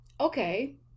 okay